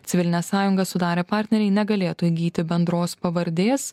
civilinę sąjungą sudarę partneriai negalėtų įgyti bendros pavardės